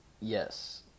Yes